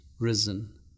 risen